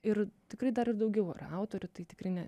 ir tikrai dar ir daugiau yra autorių tai tikrai ne